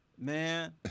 man